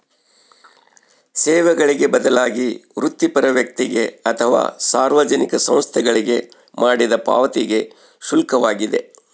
ಸೇವೆಗಳಿಗೆ ಬದಲಾಗಿ ವೃತ್ತಿಪರ ವ್ಯಕ್ತಿಗೆ ಅಥವಾ ಸಾರ್ವಜನಿಕ ಸಂಸ್ಥೆಗಳಿಗೆ ಮಾಡಿದ ಪಾವತಿಗೆ ಶುಲ್ಕವಾಗಿದೆ